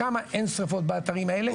שם אין שרפות באתרים האלה,